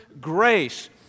grace